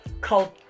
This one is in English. called